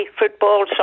football